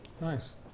Nice